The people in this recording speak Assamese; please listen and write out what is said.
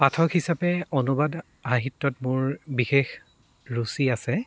পাঠক হিচাপে অনুবাদ সাহিত্যত মোৰ বিশেষ ৰুচি আছে